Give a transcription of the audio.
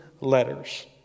letters